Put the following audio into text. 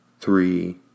Three